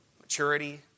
maturity